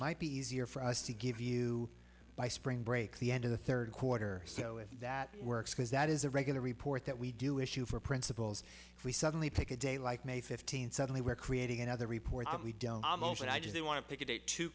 might be easier for us to give you by spring break the end of the third quarter so if that works because that is a regular report that we do issue for principles if we suddenly take a day like may fifteenth suddenly we're creating another report that we don't know almost and i just want to pick a date to